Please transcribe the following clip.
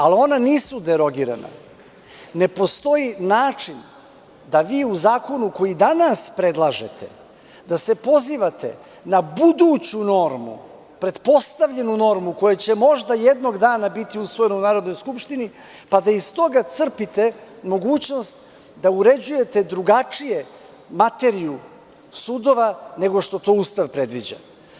Ali ona nisu derogirana, ne postoji način da vi u zakonu koji danas predlažete, da se pozivate na buduću normu, pretpostavljenu normu koja će možda jednog dana biti usvojena u Narodnoj skupštini, pa da iz toga crpite mogućnost da uređujete drugačije materiju sudova nego što to Ustav predviđa.